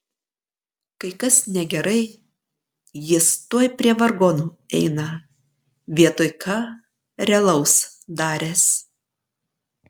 kai kas negerai jis tuoj prie vargonų eina vietoj ką realaus daręs